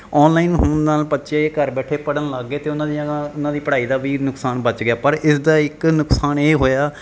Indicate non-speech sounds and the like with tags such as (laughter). online ਹੋਣ ਨਾਲ ਬੱਚੇ ਘਰ ਬੈਠੇ ਪੜ੍ਹਨ ਲੱਗ ਗਏ ਅਤੇ ਉਹਨਾਂ ਦੀਆਂ (unintelligible) ਉਹਨਾਂ ਦੀ ਪੜ੍ਹਾਈ ਦਾ ਵੀ ਨੁਕਸਾਨ ਬਚ ਗਿਆ ਪਰ ਇਸ ਦਾ ਇੱਕ ਨੁਕਸਾਨ ਇਹ ਹੋਇਆ